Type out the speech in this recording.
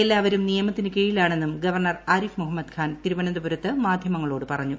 എല്ലാവരും നിയമത്തിന് കീഴിലാണെന്നും ഗവർണർ ആരിഫ് മുഹമ്മദ് ഖാൻ തിരുവനന്തപുരത്ത് മാധ്യമങ്ങളോട് പറഞ്ഞു